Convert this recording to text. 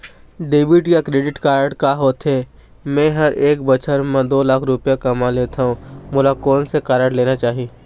Debit या credit card का होथे, मे ह एक बछर म दो लाख रुपया कमा लेथव मोला कोन से कारड लेना चाही?